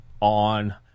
on